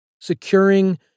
Securing